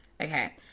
okay